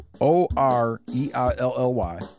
O-R-E-I-L-L-Y